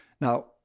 Now